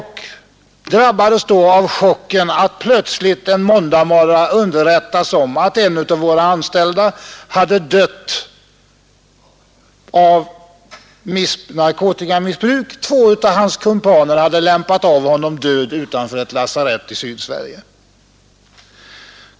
Jag drabbades då av chocken att plötsligt en måndagsmorgon underrättas om att en av våra anställda hade dött av narkotikamissbruk. Två av hans kumpaner hade lämpat av honom död utanför ett lasarett i Sydsverige.